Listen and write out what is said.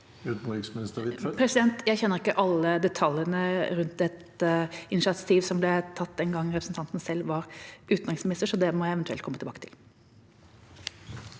Utenriksminister Anniken Huitfeldt Jeg kjenner ikke alle detaljene rundt det initiativet som ble tatt den gang representanten selv var utenriksminister, så det må jeg eventuelt komme tilbake til.